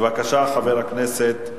בבקשה, חבר הכנסת בן-סימון.